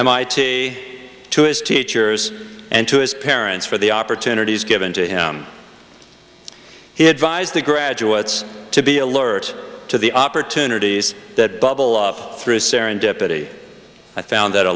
mit to his teachers and to his parents for the opportunities given to him he advised the graduates to be alert to the opportunities that bubble off through serendipity i found that a